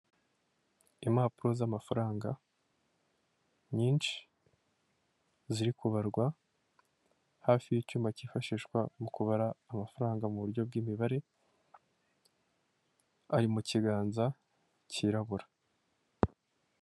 Impapuro z'amafaranga nyinshi ziri kubarwa hafi y'icyuma cyifashishwa mu kubara amafaranga mu buryo bw'imibare ari mu kiganza kirabura.